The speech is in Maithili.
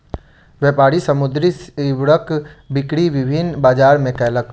व्यापारी समुद्री सीवरक बिक्री विभिन्न बजार मे कयलक